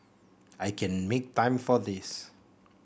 I can make time for this